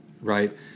right